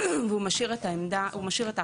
והוא משאיר את ההחלטה